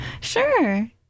Sure